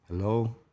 Hello